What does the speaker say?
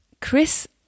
Chris